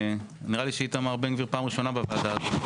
נראה לי שאיתמר בן גביר נמצא פעם ראשונה בוועדה הזאת.